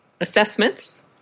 assessments